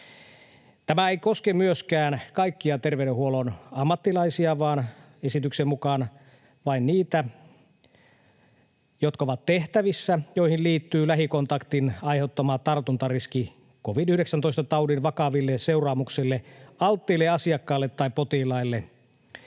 Tämä ei koske myöskään kaikkia terveydenhuollon ammattilaisia vaan esityksen mukaan vain niitä, jotka ovat tehtävissä, joihin liittyy lähikontaktien aiheuttama tartuntariski covid-19-taudin vakaville seuraamuksille alttiille asiakkaille tai potilaille.